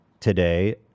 today